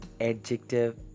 adjective